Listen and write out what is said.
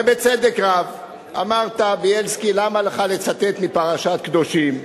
ובצדק רב: בילסקי, למה לך לצטט מפרשת קדושים,